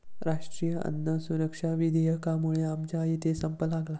राष्ट्रीय अन्न सुरक्षा विधेयकामुळे आमच्या इथे संप लागला